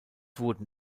wurden